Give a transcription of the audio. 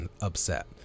upset